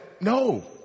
No